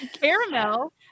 caramel